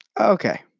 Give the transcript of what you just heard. okay